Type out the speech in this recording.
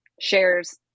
shares